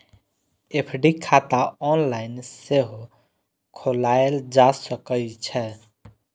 FD खाता online सेहो खोलाएल जा सकै छै